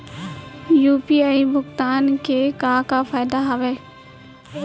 UPI भुगतान के का का फायदा हावे?